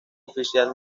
oficial